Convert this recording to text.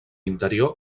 interior